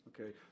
Okay